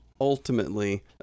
ultimately